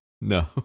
No